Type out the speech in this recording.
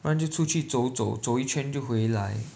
不然就出去走走走一圈就回来